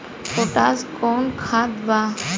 Potash कोउन खाद बा?